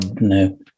No